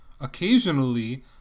Occasionally